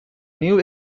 new